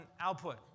output